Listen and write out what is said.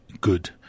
good